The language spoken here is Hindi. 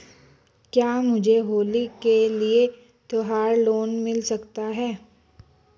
क्या मुझे होली के लिए त्यौहार लोंन मिल सकता है?